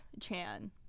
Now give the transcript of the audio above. Chan